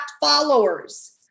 followers